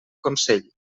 consell